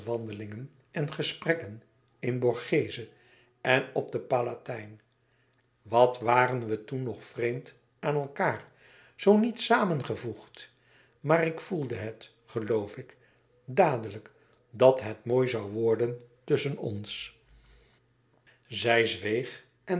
wandelingen en gesprekken in borghese en op den palatijn wat waren we toen nog vreemd aan elkaâr zoo niet samengevoegd maar ik voelde het geloof ik dadelijk dat het mooi zoû worden tusschen ons zij zwegen en